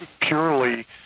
purely